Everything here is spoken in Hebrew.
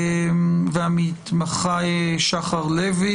המתמחה שחר לוי